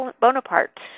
Bonaparte